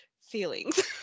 feelings